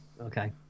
Okay